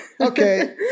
Okay